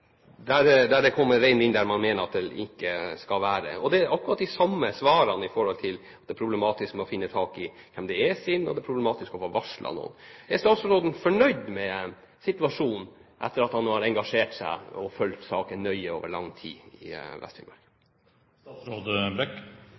det kommer rein inn der man mener det ikke skal være rein. Og svarene er akkurat de samme i forhold til at det er problematisk å finne ut hvem som eier reinen og å få varslet noen. Er statsråden fornøyd med situasjonen i Vest-Finnmark etter at han har engasjert seg og fulgt saken nøye over lang tid? Det er riktig at jeg har engasjert meg og har hatt flere møter i